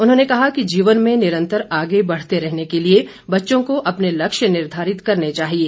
उन्होंने कहा कि जीवन में निरंतर आगे बढ़ते रहने के लिए बच्चों को अपने लक्ष्य निर्धारित करने चाहिएं